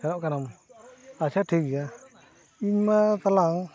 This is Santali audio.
ᱥᱮᱱᱚᱜ ᱠᱟᱱᱟᱢ ᱟᱪᱪᱷᱟ ᱴᱷᱤᱠ ᱜᱮᱭᱟ ᱤᱧᱢᱟ ᱛᱟᱞᱟᱝ